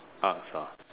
Arts ah